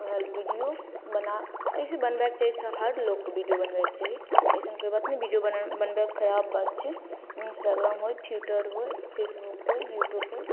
वएह ले वीडिओ बना अइसे बनबैके चाही सभ हर लोकके वीडिओ बनबैके चाही अइसन कोइ बात नहि वीडिओ बनाना बनाएब खराब बात छै इन्स्टाग्राम होइ ट्विटर होइ फेसबुक होइ यूट्यूब होइ